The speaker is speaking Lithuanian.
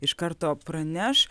iš karto praneš